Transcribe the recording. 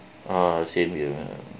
uh same here